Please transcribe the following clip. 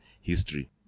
history